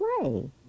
play